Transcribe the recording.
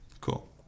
Cool